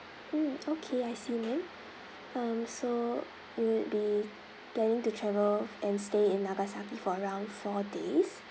mm okay I see ma'am um so would be planning to travel and stay in nagasaki for around four days